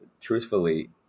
truthfully